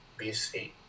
BC